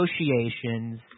negotiations